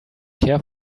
care